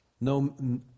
no